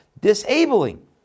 disabling